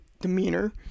demeanor